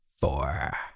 four